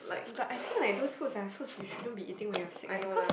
but I feel like those foods are foods you should not be eating when you're sick eh cause